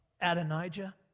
Adonijah